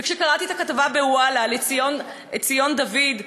וכשקראתי את הכתבה ב"וואלה" על עציון דוד,